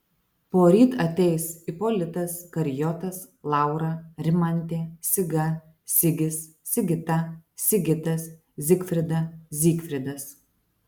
poryt ateis ipolitas karijotas laura rimantė siga sigis sigita sigitas zigfrida zygfridas